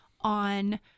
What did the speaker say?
on